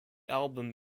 album